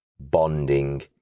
bonding